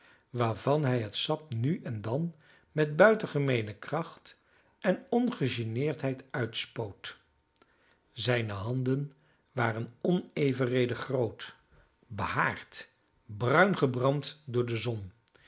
waarvan hij het sap nu en dan met buitengemeene kracht en ongegeneerdheid uitspoot zijne handen waren onevenredig groot behaard bruin gebrand door de zon